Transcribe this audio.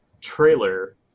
trailer